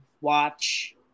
watch